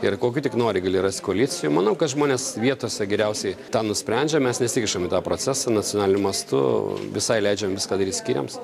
ir kokių tik nori gali rast koalicijų manau kad žmones vietose geriausiai tą nusprendžia mes nesikišam į tą procesą nacionaliniu mastu visai leidžiam viską daryt skyriams